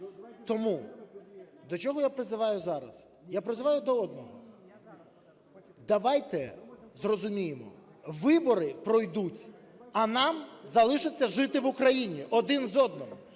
Тому до чого я призиваю зараз? Я призиваю до одного: давайте зрозуміємо, вибори пройдуть, а нам залишиться жити в Україні один з одним.